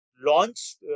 launched